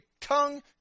tongue